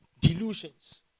Delusions